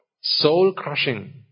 soul-crushing